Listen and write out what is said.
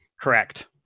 correct